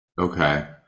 Okay